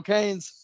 Canes